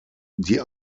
die